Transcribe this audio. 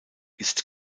ist